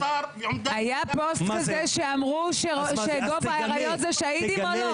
אין לנו מוסר --- היה פוסט כזה שאמרו שגוב האריות זה שאהידים או לא?